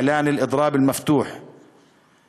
להכריז על שביתה פתוחה